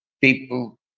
People